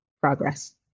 progress